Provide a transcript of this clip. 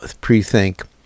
pre-think